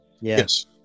Yes